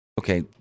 Okay